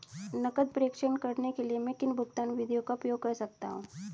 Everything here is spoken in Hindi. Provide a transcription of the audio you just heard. नकद प्रेषण करने के लिए मैं किन भुगतान विधियों का उपयोग कर सकता हूँ?